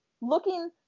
looking